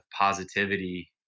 positivity